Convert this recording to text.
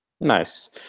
Nice